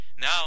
Now